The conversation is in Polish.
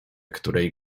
której